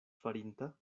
farinta